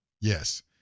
Yes